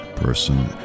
Person